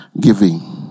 giving